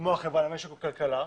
כמו החברה למשק וכלכלה,